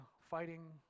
fighting